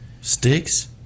Sticks